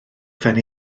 phen